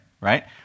right